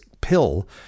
pill